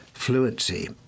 fluency